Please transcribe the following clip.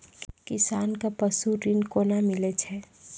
किसान कऽ पसु ऋण कोना मिलै छै?